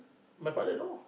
my father know